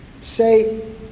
say